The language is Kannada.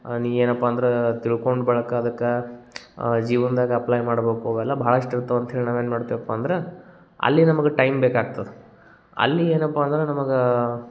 ನೀ ಏನಪ್ಪ ಅಂದ್ರೆ ತಿಳ್ಕೊಂಡು ಬಳಿಕ ಅದಕ್ಕೆ ಜೀವನದಾಗ ಅಪ್ಲೈ ಮಾಡಬೇಕು ಅವೆಲ್ಲ ಭಾಳಷ್ಟು ಇರ್ತವೆ ಅಂತ್ಹೇಳಿ ನಾವೇನು ಮಾಡ್ತೀವಪ್ಪ ಅಂದ್ರೆ ಅಲ್ಲಿ ನಮ್ಗೆ ಟೈಮ್ ಬೇಕಾಗ್ತದೆ ಅಲ್ಲಿ ಏನಪ್ಪ ಅಂದ್ರೆ ನಮಗೆ